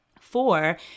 Four